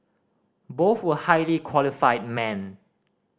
both were highly qualified men